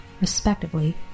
respectively